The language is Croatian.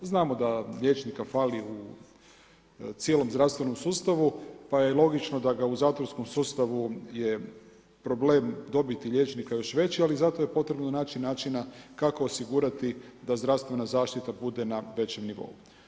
Znamo da liječnika fali u cijelom zdravstvenom sustavu, pa je logično da ga u zdravstvenom sustavu je problem dobiti liječnika još veći, ali je zato potrebno naći načina kako osigurati da zdravstvena zaštita bude na većem nivou.